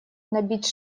набить